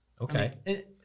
Okay